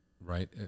Right